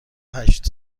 هشت